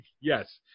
Yes